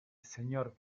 señor